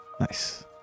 Nice